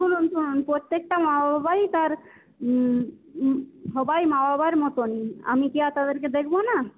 শুনুন শুনুন প্রত্যেকটা মা বাবাই তার সবাই মা বাবার মতো আমি কি আর তাদেরকে দেখব না